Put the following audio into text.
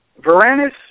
varanus